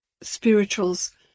spirituals